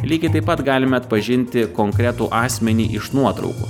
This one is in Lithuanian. lygiai taip pat galime atpažinti konkretų asmenį iš nuotraukų